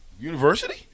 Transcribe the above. University